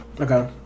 Okay